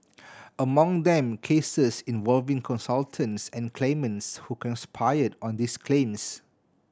among them cases involving consultants and claimants who conspired on these claims